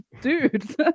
dude